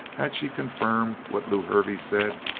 had she confirmed what lew hervey said?